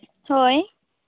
ᱦᱳᱭ